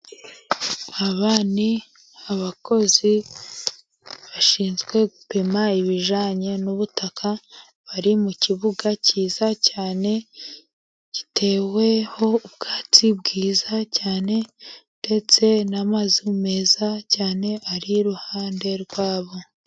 Aba ni abakozi bashinzwe gupima ibijyanye n'ubutaka, bari mu kibuga cyiza cyane giteweho ubwatsi bwiza cyane ndetse n'amazu meza cyane, ari iruhande rwabo.